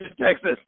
Texas